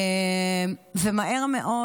ומהר מאוד,